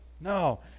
No